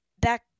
Back